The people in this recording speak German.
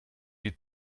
die